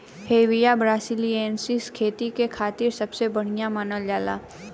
Hevea ब्रासिलिएन्सिस खेती क खातिर सबसे बढ़िया मानल जाला